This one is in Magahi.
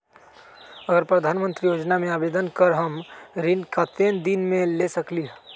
अगर प्रधानमंत्री योजना में आवेदन करम त ऋण कतेक दिन मे मिल सकेली?